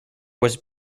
was